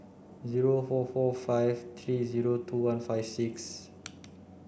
zero four four five three zero two one five six